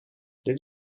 dit